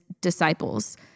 disciples